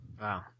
wow